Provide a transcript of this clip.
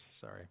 sorry